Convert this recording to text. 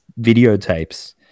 videotapes